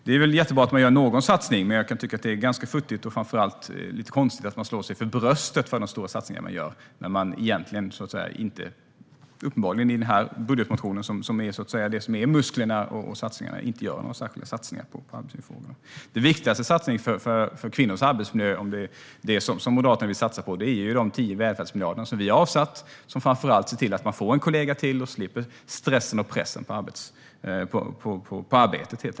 Det är väl jättebra att man gör någon satsning, men jag kan tycka att det är ganska futtigt och framför allt lite konstigt att man slår sig för bröstet för de stora satsningar man gör. Det som uppenbarligen är musklerna och satsningarna i denna budgetmotion är ju egentligen inte några särskilda satsningar på arbetsmiljöfrågorna. Den viktigaste satsningen för kvinnors arbetsmiljö, om det är det Moderaterna vill satsa på, är de 10 välfärdsmiljarder som vi har avsatt, som framför allt ser till att man får en kollega till och slipper stressen och pressen på arbetet.